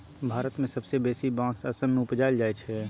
भारत मे सबसँ बेसी बाँस असम मे उपजाएल जाइ छै